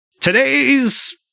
Today's